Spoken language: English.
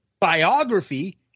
Biography